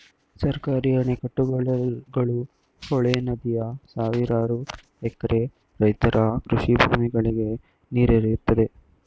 ಸರ್ಕಾರಿ ಅಣೆಕಟ್ಟುಗಳು, ಹೊಳೆ, ನದಿ ಸಾವಿರಾರು ಎಕರೆ ರೈತರ ಕೃಷಿ ಭೂಮಿಗಳಿಗೆ ನೀರೆರೆಯುತ್ತದೆ